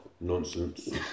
Nonsense